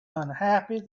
unhappy